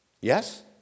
Yes